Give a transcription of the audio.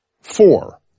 Four